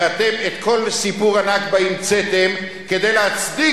ואתם את כל סיפור הנכבה המצאתם כדי להצדיק